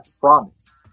promise